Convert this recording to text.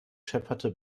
schepperte